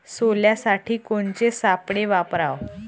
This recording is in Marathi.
सोल्यासाठी कोनचे सापळे वापराव?